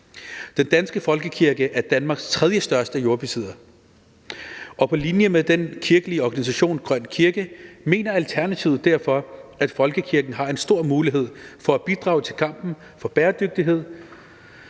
Den danske folkekirke er Danmarks tredjestørste jordbesidder, og på linje med den kirkelige organisation Grøn Kirke mener Alternativet derfor, at folkekirken har en stor mulighed for at bidrage til kampen for bæredygtighed.